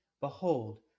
Behold